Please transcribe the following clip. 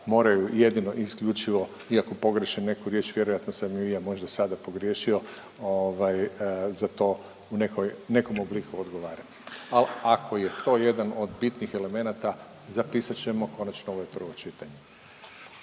moraju jedino i isključivo iako pogriješe neku riječ vjerojatno sam ju i ja možda sada pogriješio za to u nekom obliku odgovarati. Ali ako je to jedan od bitnih elemenata zapisat ćemo, konačno ovo je prvo čitanje.